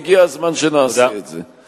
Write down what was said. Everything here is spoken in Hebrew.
והגיע הזמן שנעשה את זה.